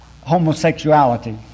homosexuality